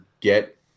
get